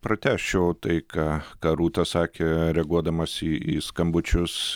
pratęsčiau tai ką ką rūta sakė reaguodamas į į skambučius